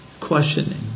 questioning